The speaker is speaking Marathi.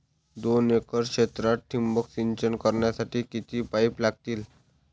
दोन एकर क्षेत्रात ठिबक सिंचन करण्यासाठी किती पाईप लागतील?